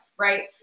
Right